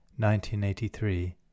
1983